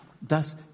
dass